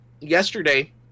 Yesterday